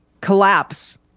collapse